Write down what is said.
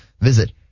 visit